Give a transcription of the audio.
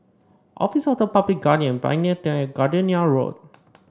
Office of the Public Guardian Pioneer Turn and Gardenia Road